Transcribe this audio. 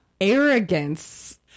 arrogance